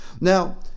Now